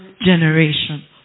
generation